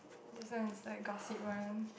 this one is like gossip one